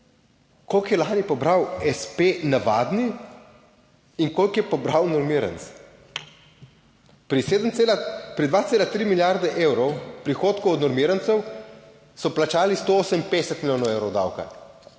koliko je lani pobrale s. p. navadni in koliko je pobral normiranec. Pri 7 cela, pri 2,3 milijarde evrov prihodkov od normirancev, so plačali 158 milijonov evrov davka.